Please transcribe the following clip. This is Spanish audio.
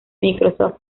microsoft